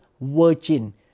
virgin